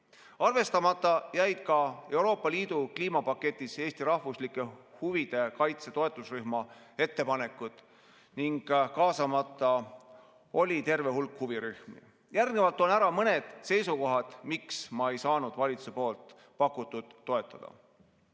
Arvestamata jäid Euroopa Liidu kliimapaketis Eesti rahvuslike huvide kaitse toetusrühma ettepanekud ning kaasamata oli terve hulk huvirühmi. Järgnevalt toon ära mõned seisukohad, miks ma ei saanud valitsuse pakutut toetada.